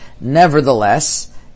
Nevertheless